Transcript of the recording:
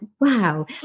wow